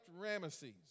Ramesses